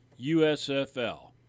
USFL